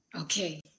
Okay